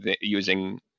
using